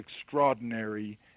extraordinary